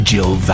Jill